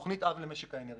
לגבי תוכנית אב למשק האנרגיה,